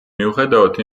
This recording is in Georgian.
მიუხედავად